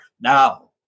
now